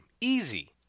Easy